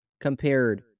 compared